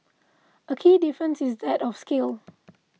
a key difference is that of scale